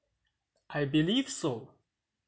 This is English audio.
I believe so